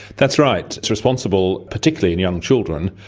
that's right. it's responsible, particularly in young children,